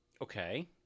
Okay